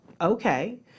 okay